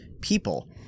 people